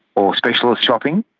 or specialist shopping.